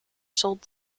sold